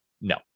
no